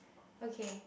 okay